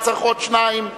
היה צריך עוד שניים,